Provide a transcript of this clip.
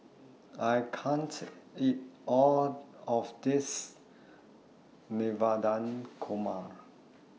I can't eat All of This Navratan Korma